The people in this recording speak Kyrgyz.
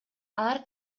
алар